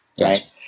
Right